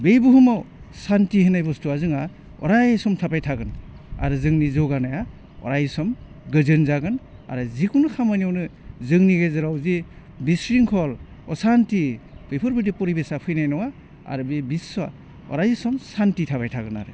बे बुहुमाव सान्थि होननाय बुस्थुआ जोंहा अरायसम थाबाय थागोन आरो जोंनि जौगानाया अरायसम गोजोन जागोन आरो जिखुनु खामानियावनो जोंनि गेजेराव जे बिस्रिंखल असान्थि बेफोरबादि परिभेसआ फैनाय नङा आरो बे बिस्व'वा अरायसम सान्थि थाबाय थागोन आरो